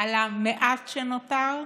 על המעט שנותר,